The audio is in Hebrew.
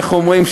איך אומרים,